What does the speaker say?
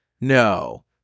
No